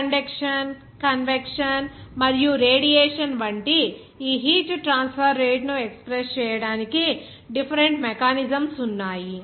conduction convection మరియు radiation వంటి ఈ హీట్ ట్రాన్స్ఫర్ రేటు ను ఎక్స్ప్రెస్ చేయడానికి డిఫరెంట్ మెకానిజమ్స్ ఉన్నాయి